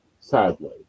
sadly